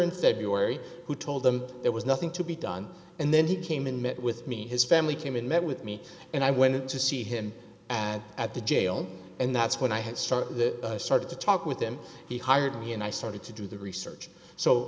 in february who told them there was nothing to be done and then he came and met with me his family came and met with me and i went to see him at the jail and that's when i had started to talk with him he hired me and i started to do the research so